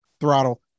Throttle